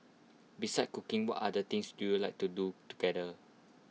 besides cooking what other things do you like to do together